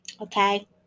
Okay